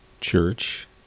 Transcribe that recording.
church